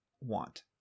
want